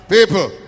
People